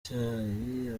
cyayi